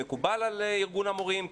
האם זה מקובל על ארגון המורים?